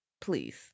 please